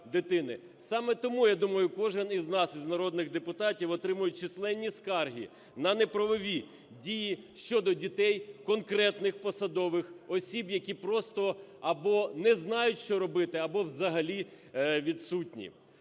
Саме тому, я думаю, кожен із нас, із народних депутатів, отримують численні скарги нанеправові дії щодо дітей конкретних посадових осіб, які просто або не знають, що робити, або взагалі відсутні.